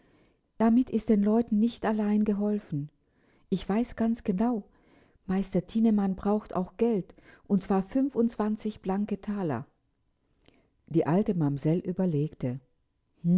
damit ist den leuten nicht allein geholfen ich weiß ganz genau meister thienemann braucht auch geld und zwar fünfundzwanzig blanke thaler die alte mamsell überlegte